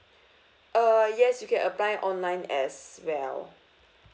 uh yes you can apply online as well